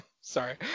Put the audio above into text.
sorry